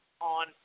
on